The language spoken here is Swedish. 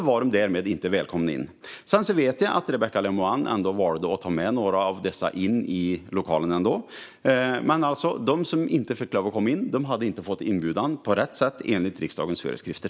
Jag vet att Rebecka Le Moine ändå valde att ta med några av dem in i lokalen. Men de som inte fick lov att komma in hade inte fått inbjudan på rätt sätt enligt riksdagens föreskrifter.